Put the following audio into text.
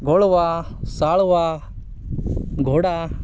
घोळवा साळवा घोडा